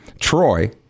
Troy